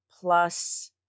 Plus